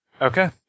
Okay